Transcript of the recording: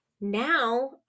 Now